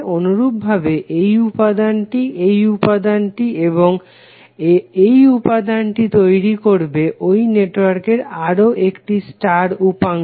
অনুরূপভাবে এই উপাদানটি এই উপাদানটি এবং আবার এই উপাদানটি তৈরি করবে ঐ নেটওয়ার্কটির আরও একটি স্টার উপাংশ